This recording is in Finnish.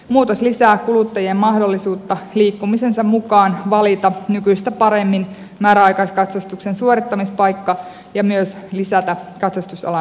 muutos lisää kuluttajien mahdollisuutta liikkumisensa mukaan valita nykyistä paremmin määräaikaiskatsastuksen suorittamispaikka ja myös lisätä katsastusalan kilpailua